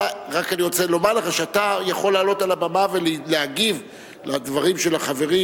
אני רוצה רק לומר לך שאתה יכול לעלות על הבמה ולהגיב לדברים של החברים,